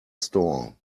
store